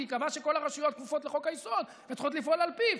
כי היא קבעה שכל הרשויות כפופות לחוק-היסוד וצריכות לפעול על פיו,